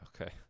Okay